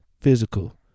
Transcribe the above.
physical